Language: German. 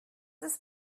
ist